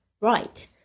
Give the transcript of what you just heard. Right